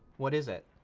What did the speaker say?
what is it?